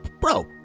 bro